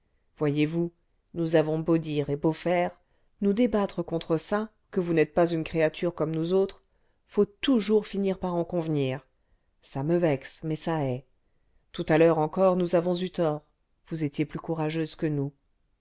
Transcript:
voyez-vous nous avons beau dire et beau faire nous débattre contre ça que vous n'êtes pas une créature comme nous autres faut toujours finir par en convenir ça me vexe mais ça est tout à l'heure encore nous avons eu tort vous étiez plus courageuse que nous